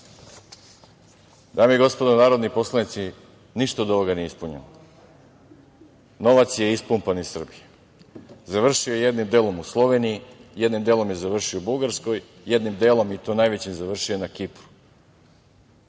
Sadu. Dame i gospodo narodni poslanici, ništa od ovoga nije ispunjeno. Novac je ispumpan iz Srbije, završio je jednim delom u Sloveniji, jednim delom je završio u Bugarskoj, jednim delom i to najvećim na Kipru.